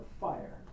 fire